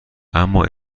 اما